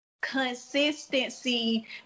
consistency